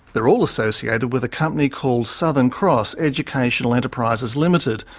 they're all associated with a company called southern cross educational enterprises limited,